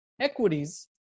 equities